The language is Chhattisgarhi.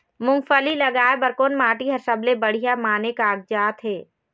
मूंगफली लगाय बर कोन माटी हर सबले बढ़िया माने कागजात हे?